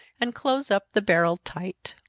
and close up the barrel tight.